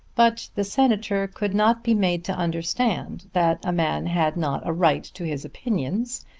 but the senator could not be made to understand that a man had not a right to his opinions,